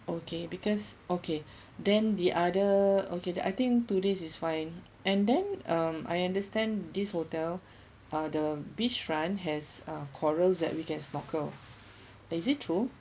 okay because okay then the other okay then I think two days is fine and then um I understand this hotel uh the beachfront has uh corals that we can snorkle is it true